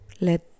let